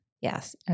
Yes